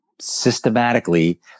systematically